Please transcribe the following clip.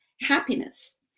happiness